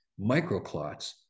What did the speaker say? microclots